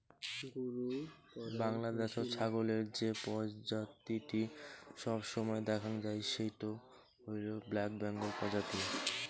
বাংলাদ্যাশত ছাগলের যে প্রজাতিটি সবসময় দ্যাখাং যাই সেইটো হইল ব্ল্যাক বেঙ্গল প্রজাতি